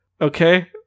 Okay